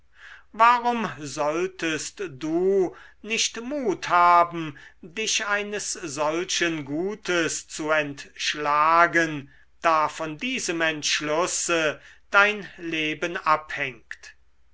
warum solltest du nicht mut haben dich eines solchen gutes zu entschlagen da von diesem entschlusse dein leben abhängt